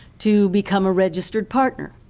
to become a registered partner.